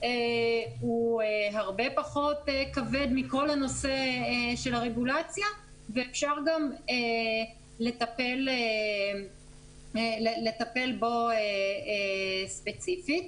הוא הרבה פחות כבד מכל הנושא של הרגולציה ואפשר גם לטפל בו ספציפית.